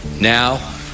Now